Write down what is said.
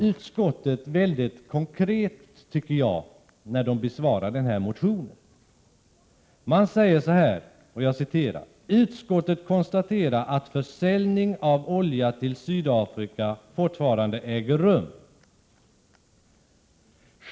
Utskottet är mycket konkret i sin skrivning när man besvarar min motion. Utskottet skriver: ”Utskottet konstaterar att försäljning av olja till Sydafrika 27 fortfarande äger rum.